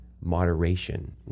moderation